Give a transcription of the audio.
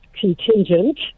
contingent